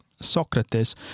Socrates